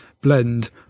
Blend